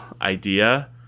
idea